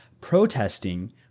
protesting